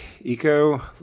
Eco